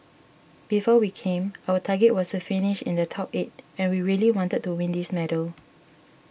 before we came our target was to finish in the top eight and we really wanted to win this medal